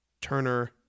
Turner